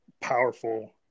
powerful